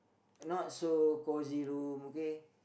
not so cosy room okay